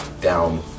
down